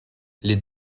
les